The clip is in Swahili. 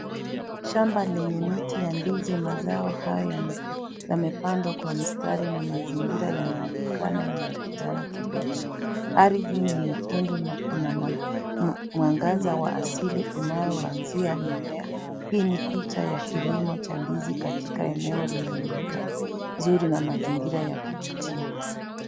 Shamba lenye miti ya ndizi, mazao hayo yamapandwa kwa mstari na mazingira yanayoonekana niya kijani kibichi. Hali hii ni nyekundu na kuna mwangaza wa asili unaoanzia mimea. Hii ni picha ya kilimo cha ndizi katika eneo lenye mandhari nzuri na mazingira ya kuvutia.